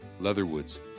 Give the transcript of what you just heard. Leatherwoods